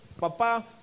Papa